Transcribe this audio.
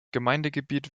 gemeindegebiet